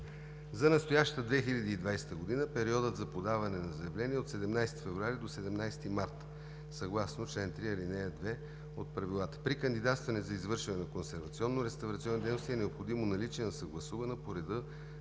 За настоящата 2020 г. периодът за подаване на заявления е от 17 февруари до 17 март съгласно чл. 3, ал. 2 от Правилата. При кандидатстване за извършване на консервационно-реставрационни дейности е необходимо наличие на съгласувана по реда